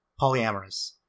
polyamorous